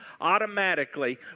automatically